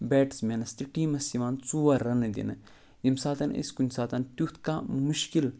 بیٹٕسمینَس تہٕ ٹیٖمَس یِوان ژور رَنہٕ دِنہٕ ییٚمہِ ساتہٕ أسۍ کُنہِ ساتہٕ تیُتھ کانٛہہ مُشکِل